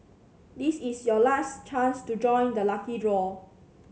this is your last chance to join the lucky draw